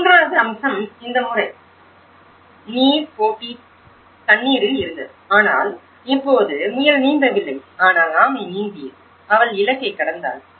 மூன்றாவது அம்சம் இந்த முறை நீர் போட்டி தண்ணீரில் இருந்தது ஆனால் இப்போது முயல் நீந்தவில்லை ஆனால் ஆமை நீந்தியது அவள் இலக்கைக் கடந்தாள்